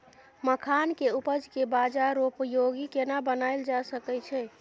मखान के उपज के बाजारोपयोगी केना बनायल जा सकै छै?